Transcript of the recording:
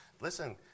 Listen